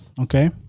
Okay